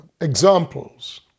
examples